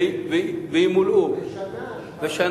בשנה.